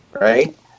Right